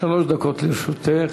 שלוש דקות לרשותך.